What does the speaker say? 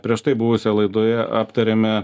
prieš tai buvusioj laidoje aptarėme